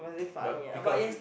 but peacocks